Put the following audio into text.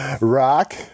rock